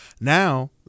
Now